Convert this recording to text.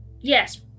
Yes